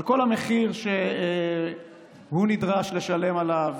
על כל המחיר שהוא נדרש לשלם עליו,